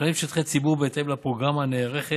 נכללים שטחי ציבור בהתאם לפרוגרמה הנערכת